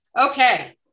Okay